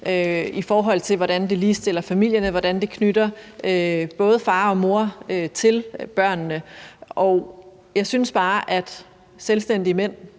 i forhold til hvordan det ligestiller familierne, og hvordan det knytter både far og mor til børnene. Jeg synes bare, at fædre,